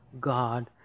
God